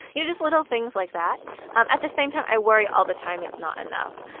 you know, just little things like that um at the same time, i worry all the time it's not enough.